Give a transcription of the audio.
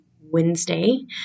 Wednesday